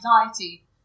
anxiety